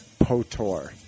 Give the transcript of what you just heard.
Potor